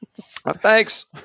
Thanks